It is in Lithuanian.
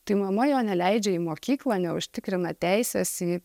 tai mama jo neleidžia į mokyklą neužtikrina teisės į